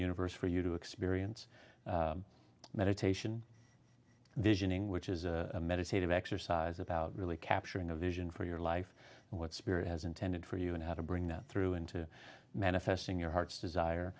universe for you to experience meditation visioning which is a meditative exercise about really capturing a vision for your life and what spirit has intended for you and how to bring that through into manifesting your heart's desire